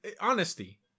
Honesty